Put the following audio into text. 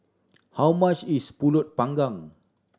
how much is Pulut Panggang